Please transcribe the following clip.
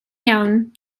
iawn